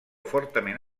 fortament